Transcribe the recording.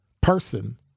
person